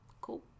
cool